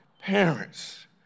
parents